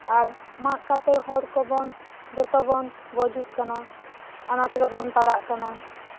ᱟᱨ ᱢᱟᱜ ᱠᱟᱛᱮᱜ ᱦᱚᱲ ᱠᱚᱵᱚᱱ ᱡᱚᱛᱚ ᱵᱚᱱ ᱜᱩᱡᱩᱜ ᱠᱟᱱᱟ ᱟᱱᱟᱴ ᱨᱮᱵᱚᱱ ᱯᱟᱲᱟᱜ ᱠᱟᱱᱟ